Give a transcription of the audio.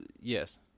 Yes